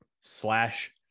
slash